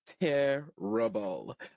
terrible